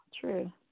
true